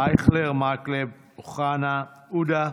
אייכלר, מקלב, אוחנה, עודה,